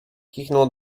kichnął